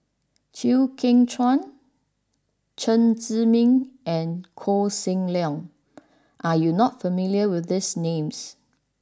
Chew Kheng Chuan Chen Zhiming and Koh Seng Leong are you not familiar with these names